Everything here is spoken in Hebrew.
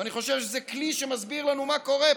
ואני חושב שזה כלי שמסביר לנו מה קורה פה.